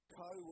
co